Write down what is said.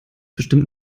bestimmt